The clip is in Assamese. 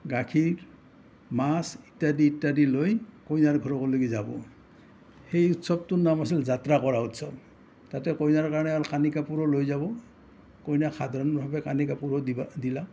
গাখীৰ মাছ ইত্যাদি ইত্যাদি লৈ কইনাৰ ঘৰোক লেগি যাব সেই উৎসৱটোৰ নাম আছিল যাত্ৰা কৰা উৎসৱ তাতে কইনাৰ কাৰণে আৰু কানি কাপোৰো লৈ যাব কইনাক সাধাৰণভাৱে কানি কাপোৰো দিবা দিলা